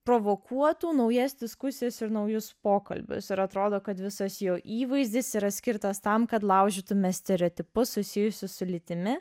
provokuotų naujas diskusijas ir naujus pokalbius ir atrodo kad visas jo įvaizdis yra skirtas tam kad laužytume stereotipus susijusius su lytimi